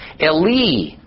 Eli